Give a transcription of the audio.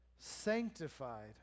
sanctified